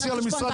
תלחצי על המשרד.